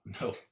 no